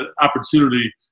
opportunity